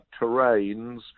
terrains